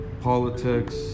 politics